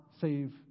save